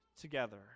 together